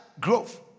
growth